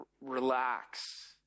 Relax